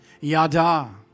Yada